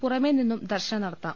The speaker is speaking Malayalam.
പുറമേ നിന്നും ദർശനം നടത്താം